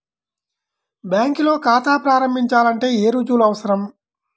బ్యాంకులో ఖాతా ప్రారంభించాలంటే ఏ రుజువులు అవసరం?